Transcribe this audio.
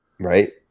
Right